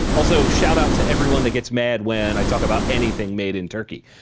also, shoutout to everyone that gets mad when i talk about anything made in turkey.